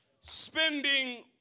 spending